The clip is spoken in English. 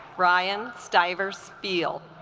brian stivers feel